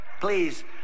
Please